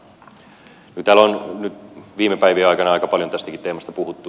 täällä on nyt viime päivien aikana aika paljon tästäkin teemasta puhuttu